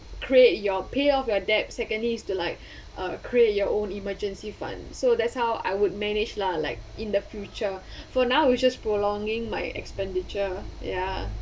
create your pay off your debt secondary is to like uh create your own emergency fund so that's how I would manage lah like in the future for now it's just prolonging my expenditure ya